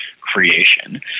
creation